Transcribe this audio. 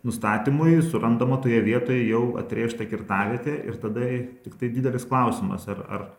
nustatymui surandama toje vietoj jau atrėžta kirtavietė ir tada tiktai didelis klausimas ar ar